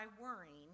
worrying